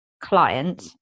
client